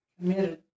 committed